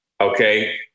okay